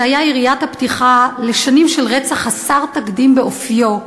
שהיה יריית הפתיחה לשנים של רצח חסר תקדים באופיו,